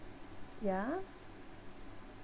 ya